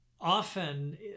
Often